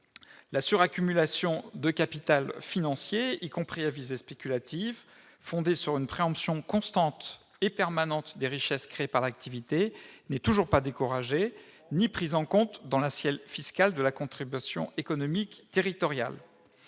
La suraccumulation de capital financier, y compris à visée spéculative, fondée sur une préemption constante et permanente des richesses créées par l'activité n'est toujours pas découragée ni prise en compte dans l'assiette fiscale de la contribution économique territoriale.